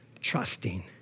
trusting